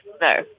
No